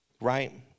right